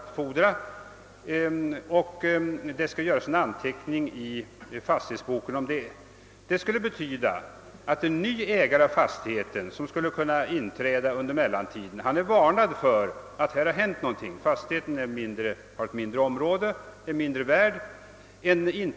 Härom skall det sedan göras en anteckning i fastighetsboken. Detta skulle betyda att en under mellantiden inträdande ny ägare av fastigheten är varnad för att det har hänt någonting; fastigheten omfattar ett mindre område och är mindre värd.